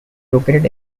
located